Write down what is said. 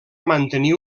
mantenir